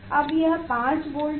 अब यह 5 वोल्ट है